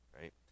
right